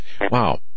Wow